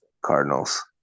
Cardinals